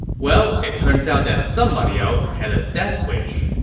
well, it turns out that somebody else had a death wish.